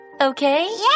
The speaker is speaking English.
Okay